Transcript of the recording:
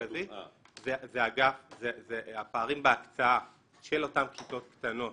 זה הפערים בהקצאה של אותן כיתות קטנות